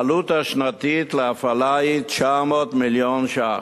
העלות השנתית של ההפעלה היא 900 מיליון שקלים.